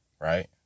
right